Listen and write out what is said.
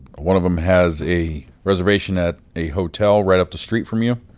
one of them has a reservation at a hotel right up the street from you,